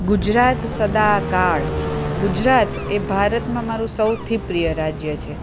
ગુજરાત સદાકાળ ગુજરાત એ ભારતમાં મારું સૌથી પ્રિય રાજ્ય છે